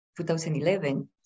2011